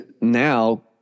now